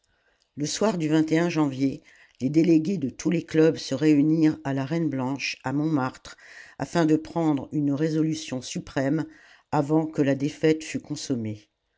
le soir du janvier les délégués de tous les clubs se réunirent à la reine blanche à montmartre afin de prendre une résolution suprême avant que la défaite fût consommée